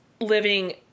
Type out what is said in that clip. living